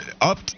up